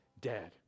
dead